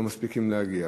לא מספיקים להגיע.